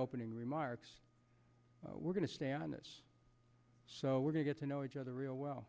opening remarks we're going to stay on this so we're gonna get to know each other real well